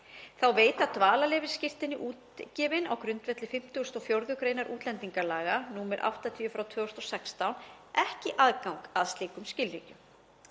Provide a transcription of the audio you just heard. Þá veita dvalarleyfisskírteini útgefin á grundvelli 54. gr. útlendingalaga, nr. 80/2016, ekki aðgang að slíkum skilríkjum.